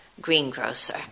greengrocer